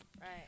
Right